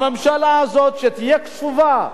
שהממשלה הזאת תהיה קשובה,